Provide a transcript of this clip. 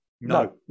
No